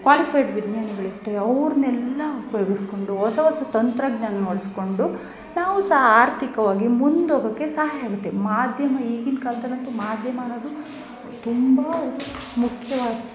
qualified ವಿಜ್ಞಾನಿಗಳಿರ್ತಾರೆ ಅವರನ್ನೆಲ್ಲ ಉಪಯೋಗಿಸ್ಕೊಂಡು ಹೊಸ ಹೊಸ ತಂತ್ರಜ್ಞಾನ ಆಳವಡಿಸ್ಕೊಂಡು ನಾವು ಸಹ ಆರ್ಥಿಕವಾಗಿ ಮುಂದೋಗೋಕೆ ಸಹಾಯ ಆಗುತ್ತೆ ಮಾಧ್ಯಮ ಈಗಿನ ಕಾಲದಲ್ಲಂತೂ ಮಾಧ್ಯಮ ಅನ್ನೋದು ತುಂಬ ಮುಖ್ಯವಾಗ್